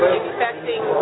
expecting